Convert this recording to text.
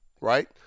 right